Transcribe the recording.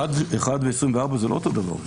1 ו-24 זה לא אותו דבר.